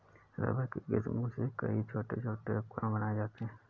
rubber की किस्मों से कई छोटे छोटे उपकरण बनाये जाते हैं